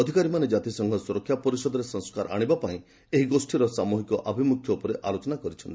ଅଧିକାରୀମାନେ ଜାତିସଂଘ ସୁରକ୍ଷା ପରିଷଦରେ ସଂସ୍କାର ଆଣିବା ପାଇଁ ଏହି ଗୋଷୀର ସାମୁହିକ ଆଭିମୁଖ୍ୟ ଉପରେ ଆଲୋଚନା କରିଛନ୍ତି